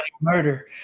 murder